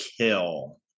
kill